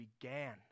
began